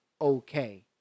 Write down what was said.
okay